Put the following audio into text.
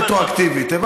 רטרואקטיבית.